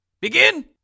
begin